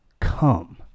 Come